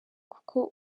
kuko